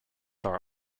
are